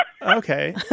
Okay